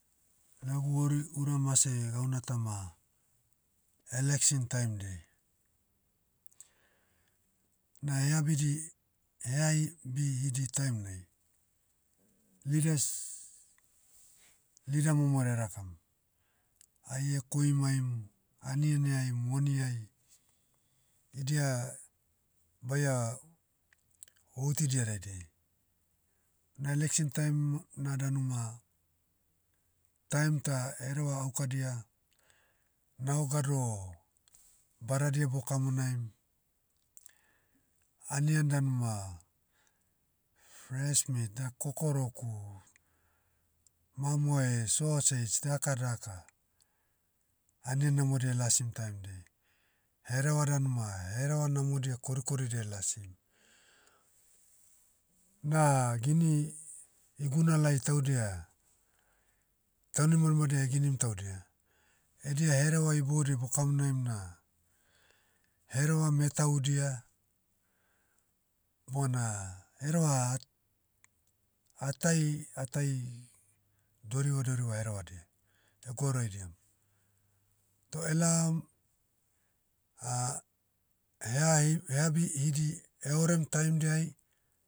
Lagu ori uramase gauna ta ma, election taim'diai. Na heabidi, heai, bi hidi taim nai, leaders, leader momorea erakam. Ai ekoimaim, anieniai moniai, idia, baia, voutidia daidiai. Na election taim, na danu ma, taim ta hereva aukadia, nao gado, badadia bokamonaim, anian danu ma, fresh meat da- kokoroku, mamoe, sausage daka daka, anian namodia elasim taim diai. Hereva dan ma hereva namodia korikoridia elasi. Na gini, iguna lai taudia, taunimanimadia eginim taudia, edia hereva iboudiai bokamonaim na, hereva metaudia, bona hereva at- atai atai, doriva doriva herevadia, egwauraidiam. Toh elaom, heai- heabi idi, eorem taim diai,